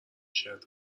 شرت